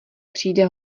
přijde